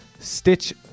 Stitch